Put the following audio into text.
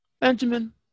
Benjamin